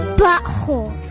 butthole